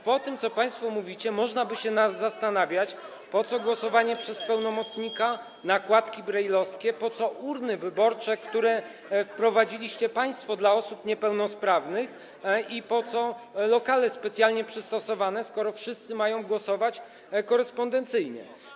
Po tym, co państwo mówicie, można by się zastanawiać, po co są głosowania przez [[Gwar na sali, dzwonek]] pełnomocnika, nakładki braille’owskie, urny wyborcze, które wprowadziliście państwo dla osób niepełnosprawnych, i specjalnie przystosowane lokale, skoro wszyscy mają głosować korespondencyjnie.